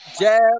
jab